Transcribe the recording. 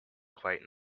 quite